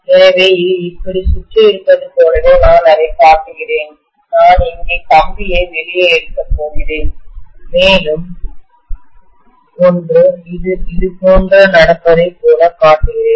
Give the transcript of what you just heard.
எனவே இது இப்படி சுற்றி இருப்பதை போலவே நான் அதைக் காட்டுகிறேன் நான் இங்கே கம்பியை வெளியே எடுக்கப் போகிறேன் மேலும் ஒன்று இது இதுபோன்று நடப்பதைப் போலக் காட்டுகிறேன்